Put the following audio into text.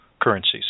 currencies